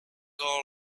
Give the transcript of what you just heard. all